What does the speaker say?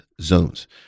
zones